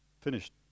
finished